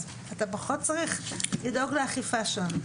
אז אתה פחות צריך לדאוג לאכיפה שם.